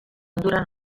durant